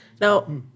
Now